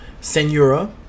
Senora